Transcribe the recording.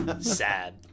Sad